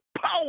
power